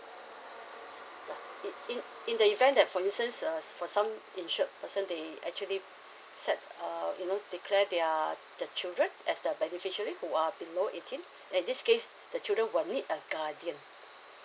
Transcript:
it in in the event that for instance uh for sum insured person they actually set uh you know declare their their children as the beneficiary who are below eighteen and this case the children will need a guardian